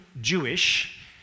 Jewish